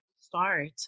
start